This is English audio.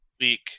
week